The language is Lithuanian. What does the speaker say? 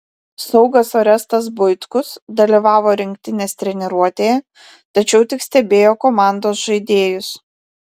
saugas orestas buitkus dalyvavo rinktinės treniruotėje tačiau tik stebėjo komandos žaidėjus